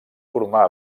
formà